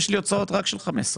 יש לי הוצאות רק של 15,000,